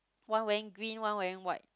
one wearing green one wearing white